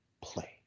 play